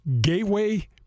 Gateway